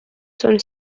són